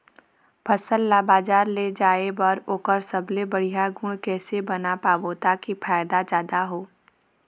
फसल ला बजार ले जाए बार ओकर सबले बढ़िया गुण कैसे बना पाबो ताकि फायदा जादा हो?